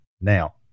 now